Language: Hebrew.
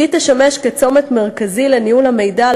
והיא תשמש צומת מרכזי לניהול המידע על